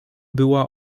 była